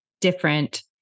different